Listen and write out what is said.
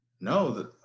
no